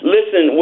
Listen